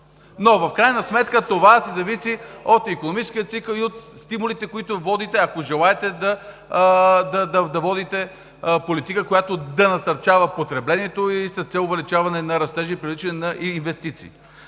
Но в крайна сметка това зависи от икономическия цикъл и от стимулите, които водите, ако желаете да водите политика, която да насърчава потреблението с цел увеличаване на растежа и привличане на инвестиции.